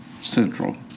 central